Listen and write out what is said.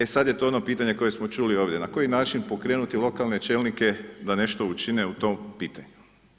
E sad je to ono pitanje koje smo čuli ovdje, na koji način pokrenuti lokalne čelnike da nešto učine u tom pitanju?